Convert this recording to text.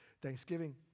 Thanksgiving